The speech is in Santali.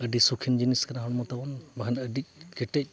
ᱟᱹᱰᱤ ᱥᱩᱠᱷᱤᱱ ᱡᱤᱱᱤᱥ ᱠᱟᱱᱟ ᱦᱚᱲᱢᱚ ᱛᱟᱵᱚᱱ ᱵᱟᱠᱷᱟᱱ ᱟᱹᱰᱤ ᱠᱮᱴᱮᱡ